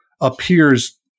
appears